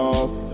off